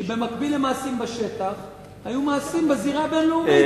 כי במקביל למעשים בשטח היו מעשים בזירה הבין-לאומית